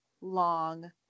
long